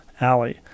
alley